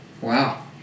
Wow